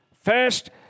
First